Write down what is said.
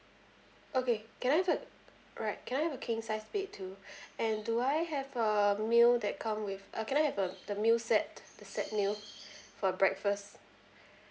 okay can I have alright can I have a king-sized bed too and do I have a meal that come with uh can I have the meal set the set meal for breakfast